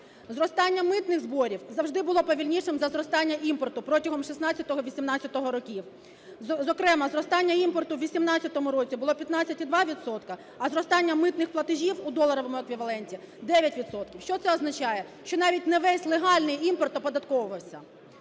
Зростання митних зборів завжди було повільнішим за зростання імпорту протягом 2016-2018 років, зокрема, зростання імпорту в 2018 році було 15,2 відсотки, а зростання митних платежів у доларовому еквіваленті - 9 відсотків. Що це означає? Що навіть не весь легальний імпорт оподатковувався.